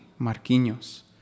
Marquinhos